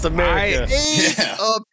America